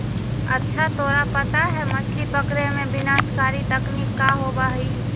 अच्छा तोरा पता है मछ्ली पकड़े में विनाशकारी तकनीक का होबा हई?